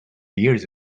years